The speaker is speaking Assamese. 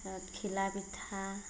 ঘিলা পিঠা